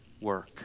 work